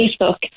Facebook